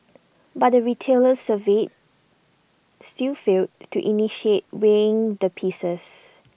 but the retailers surveyed still failed to initiate weighing the pieces